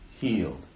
healed